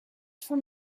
from